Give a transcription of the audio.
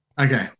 okay